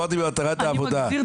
דיברתי על מטרת העבודה,